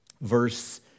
Verse